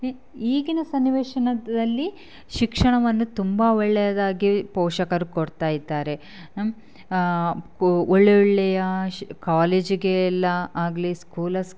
ಈಗಿನ ಸನ್ನಿವೇಶನದಲ್ಲಿ ಶಿಕ್ಷಣವನ್ನು ತುಂಬ ಒಳ್ಳೆಯದಾಗಿ ಪೋಷಕರು ಕೊಡ್ತಾ ಇದ್ದಾರೆ ಒಳ್ಳೆಯ ಒಳ್ಳೆಯ ಕಾಲೇಜಿಗೆ ಎಲ್ಲ ಆಗಲಿ ಸ್ಕೂಲಸ್